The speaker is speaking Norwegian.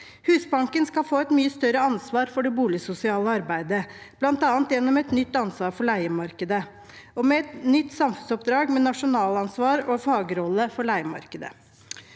Husbanken skal få et mye større ansvar for det boligsosiale arbeidet, bl.a. gjennom et nytt ansvar for leiemarkedet og med et nytt samfunnsoppdrag med nasjonalt ansvar og fagrolle for leiemarkedet.